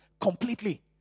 completely